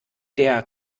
der